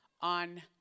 on